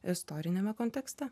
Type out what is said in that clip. istoriniame kontekste